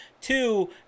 Two